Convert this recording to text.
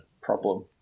problem